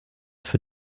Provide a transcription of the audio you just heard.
für